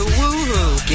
woohoo